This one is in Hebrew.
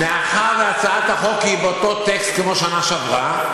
מאחר שהצעת החוק היא באותו טקסט כמו שנה שעברה,